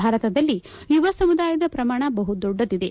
ಭಾರತದಲ್ಲಿ ಯುವ ಸಮುದಾಯದ ಪ್ರಮಾಣ ಬಹು ದೊಡ್ಡದಿದೆ